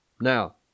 Now